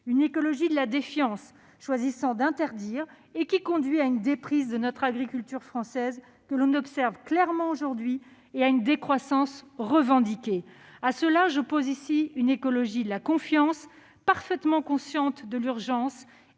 une écologie de la défiance, qui choisit d'interdire et qui conduit à une déprise de notre agriculture française, clairement observée aujourd'hui, et à une décroissance revendiquée, j'oppose ici une écologie de la confiance, parfaitement consciente de l'urgence,